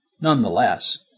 Nonetheless